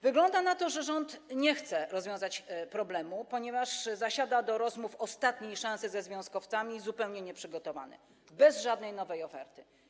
Wygląda na to, że rząd nie chce rozwiązać problemu, ponieważ zasiada do rozmów ostatniej szansy ze związkowcami zupełnie nieprzygotowany, bez żadnej nowej oferty.